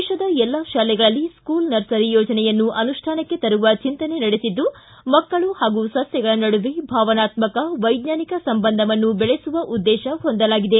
ದೇಶದ ಎಲ್ಲಾ ಶಾಲೆಗಳಲ್ಲಿ ಸ್ಕೂಲ್ ನರ್ಸರಿ ಯೋಜನೆಯನ್ನು ಅನುಷ್ಠಾನಕ್ಕೆ ತರುವ ಚಿಂತನೆ ನಡೆಸಿದ್ದು ಮಕ್ಕಳು ಹಾಗೂ ಸಸ್ಥಗಳ ನಡುವೆ ಭಾವನಾತ್ಮಕ ವೈಜ್ಞಾನಿಕ ಸಂಬಂಧವನ್ನು ಬೆಳೆಸುವ ಉದ್ಗೇತ ಹೊಂದಲಾಗಿದೆ